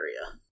area